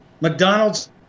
McDonald's